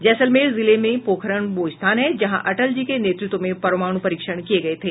जैसलमेर जिले में पोखरण वो स्थान है जहां अटल जी के नेतृत्व में परमाणु परीक्षण किये गये थे